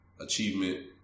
achievement